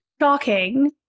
shocking